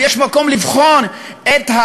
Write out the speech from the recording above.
ויש מקום לבחון את,